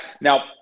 now